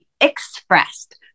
expressed